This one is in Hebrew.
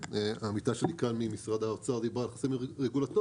העמיתה שלי כאן ממשרד האוצר דיברה על חסמים רגולטוריים